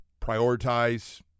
prioritize